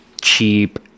cheap